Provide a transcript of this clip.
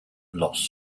loss